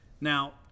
Now